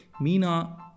Mina